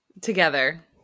Together